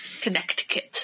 Connecticut